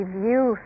view